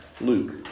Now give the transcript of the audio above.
luke